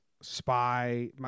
spy